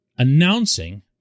Announcing